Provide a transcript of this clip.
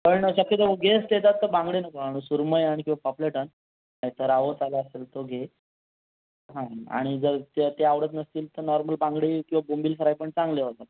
पण शक्यतो गेस्ट येतात तर बांगडे नको आणू सुरमय आण किवा पापलेट आण नाहीतर रावस आला असेल तो घे आणि आणि जर त्ये ते आवडत नसतील तर नॉर्मल बांगडे किंवा बोंबील फ्राय पण चांगले होतात